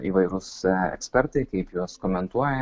įvairūs ekspertai kaip juos komentuoja